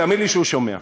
תאמין לי שהוא שומע.